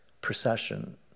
procession